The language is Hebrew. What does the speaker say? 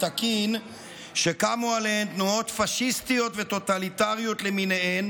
תקין שקמו עליהן תנועות פשיסטיות וטוטליטריות למיניהן